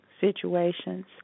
situations